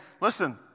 listen